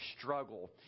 struggle